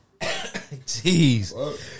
Jeez